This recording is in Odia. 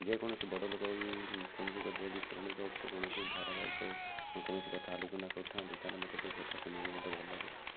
ଯେକୌଣସି ବଡ଼ଲୋକ ବି କୌଣସି ପୌରାଣିକ ଉପରେ କୌଣସି ଧାରାବାହିକ ହେଉ କୌଣସି କଥା ଆଲୋଚନା କରୁଥାନ୍ତି ତାହେଲେ ମୋତେ ସେଇ ସବୁ କଥା ମୋତେ ଶୁଣିବାକୁ ଭଲ ଲାଗେ